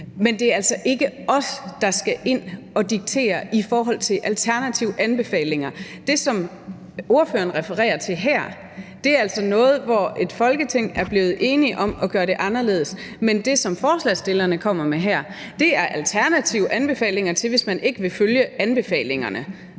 Men det er altså ikke os, der skal ind og diktere i forhold til alternative anbefalinger. Det, som ordføreren refererer til her, er altså noget, hvor et Folketing er blevet enig om at gøre det anderledes, men det, som forslagsstillerne kommer med her, er et forslag om alternative anbefalinger, hvis man ikke vil følge anbefalingerne.